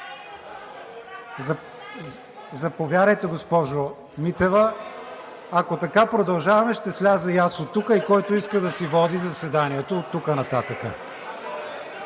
Заповядайте, госпожо Митева. Ако така продължаваме, ще сляза и аз оттук и който иска да си води заседанието оттук нататък.